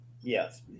Yes